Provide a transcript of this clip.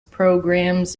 programs